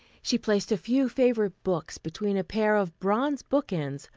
she placed a few favorite books between a pair of bronze bookends,